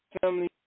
family